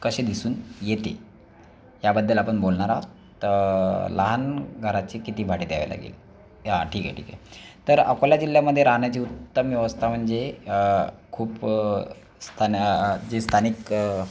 कसे दिसून येतील याबद्दल आपण बोलणार आहोत तर लहान घराचे किती भाडे द्यावे लागेल हा ठीक आहे ठीक आहे तर अकोला जिल्ह्यामध्ये राहण्याची उत्तम व्यवस्था म्हणजे खूप स्थान जे स्थानिक